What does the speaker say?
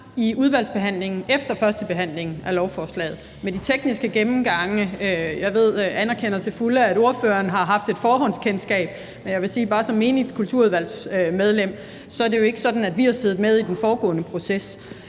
i udvalgsbehandlingen efter førstebehandlingen og med de tekniske gennemgange af lovforslaget. Jeg anerkender til fulde, at ordføreren har haft et forhåndskendskab, men jeg vil bare som menigt kulturudvalgsmedlem sige, at det jo ikke er sådan, at vi har siddet med i den forudgående proces.